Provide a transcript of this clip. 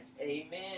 amen